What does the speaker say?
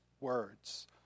words